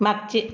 मागचे